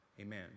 Amen